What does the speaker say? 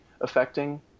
affecting